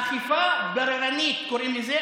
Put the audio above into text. אכיפה בררנית, קוראים לזה.